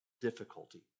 difficulty